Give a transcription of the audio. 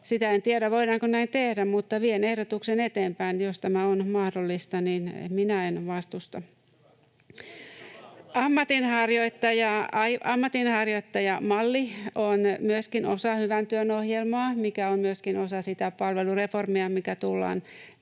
Sitä en tiedä, voidaanko näin tehdä, mutta vien ehdotuksen eteenpäin. Jos tämä on mahdollista, niin minä en vastusta. [Kim Berg: Hyvä! — Krista Kiuru: Loistavaa!] Ammatinharjoittajamalli on myöskin osa hyvän työn ohjelmaa, mikä on myöskin osa sitä palvelureformia, mikä tullaan